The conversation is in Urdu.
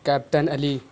کیپٹن علی